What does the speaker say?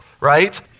right